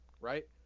Right